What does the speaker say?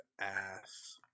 ass